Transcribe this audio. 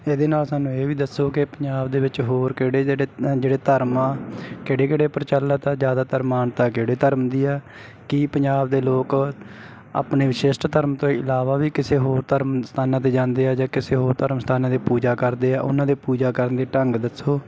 ਇਹਦੇ ਨਾਲ ਸਾਨੂੰ ਇਹ ਵੀ ਦੱਸੋ ਕਿ ਪੰਜਾਬ ਦੇ ਵਿੱਚ ਹੋਰ ਕਿਹੜੇ ਜਿਹੜੇ ਜਿਹੜੇ ਧਰਮ ਆ ਕਿਹੜੇ ਕਿਹੜੇ ਪ੍ਰਚਲਿੱਤ ਜ਼ਿਆਦਾਤਰ ਮਾਨਤਾ ਕਿਹੜੇ ਧਰਮ ਦੀ ਆ ਕੀ ਪੰਜਾਬ ਦੇ ਲੋਕ ਆਪਣੇ ਵਿਸ਼ਿਸ਼ਟ ਧਰਮ ਤੋਂ ਇਲਾਵਾ ਵੀ ਕਿਸੇ ਹੋਰ ਧਰਮ ਸਥਾਨਾਂ 'ਤੇ ਜਾਂਦੇ ਆ ਜਾਂ ਕਿਸੇ ਹੋਰ ਧਰਮ ਸਥਾਨਾਂ ਦੀ ਪੂਜਾ ਕਰਦੇ ਆ ਉਹਨਾਂ ਦੇ ਪੂਜਾ ਕਰਨ ਦੇ ਢੰਗ ਦੱਸੋ